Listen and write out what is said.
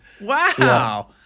Wow